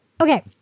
okay